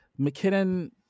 McKinnon